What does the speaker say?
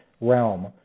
realm